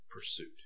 pursuit